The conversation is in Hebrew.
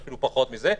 אפילו פחות מזה,